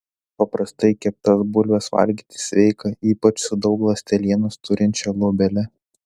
paprastai keptas bulves valgyti sveika ypač su daug ląstelienos turinčia luobele